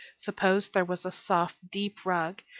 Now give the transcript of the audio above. suppose there was a soft, deep rug,